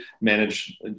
manage